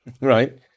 right